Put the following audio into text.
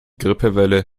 grippewelle